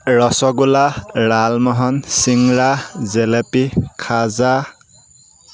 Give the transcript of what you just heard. rasgulla lalmohan singara jalebi খাজা